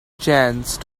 chance